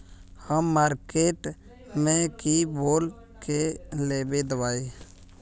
हम मार्किट में की बोल के लेबे दवाई?